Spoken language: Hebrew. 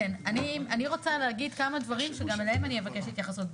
אני רוצה להגיד כמה דברים שגם אליהם אני אבקש התייחסות.